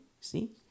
see